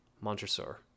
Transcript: Montresor